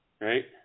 Right